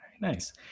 nice